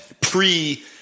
pre-